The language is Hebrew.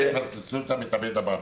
אל תפספסו את המתאבד הבא.